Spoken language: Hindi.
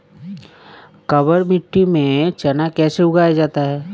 काबर मिट्टी में चना कैसे उगाया जाता है?